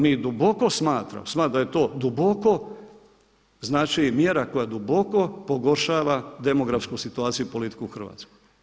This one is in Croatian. Mi duboko smatramo da je to duboko, znači mjera koja duboko pogoršava demografsku situaciju i politiku u Hrvatskoj.